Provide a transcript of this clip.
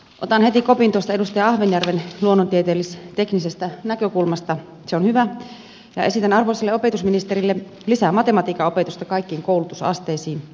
otan heti kopin tuosta edustaja ahvenjärven luonnontieteellis teknisestä näkökulmasta se on hyvä ja esitän arvoisalle opetusministerille lisää matematiikan opetusta kaikkiin koulutusasteisiin